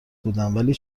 بودم، ولی